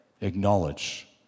Acknowledge